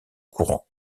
courant